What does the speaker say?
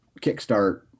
kickstart